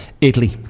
Italy